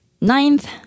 Ninth